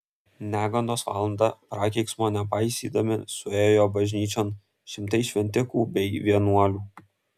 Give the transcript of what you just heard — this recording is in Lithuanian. negandos valandą prakeiksmo nepaisydami suėjo bažnyčion šimtai šventikų bei vienuolių